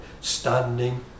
Standing